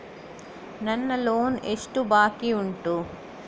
ನನ್ನ ಲೋನ್ ಎಷ್ಟು ಬಾಕಿ ಉಂಟು?